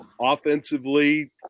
Offensively